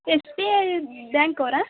S B I bank ಅವರಾ